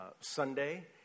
Sunday